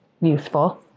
useful